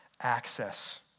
access